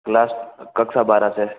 class कक्षा बारह से